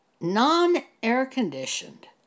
non-air-conditioned